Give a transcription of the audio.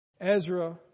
Ezra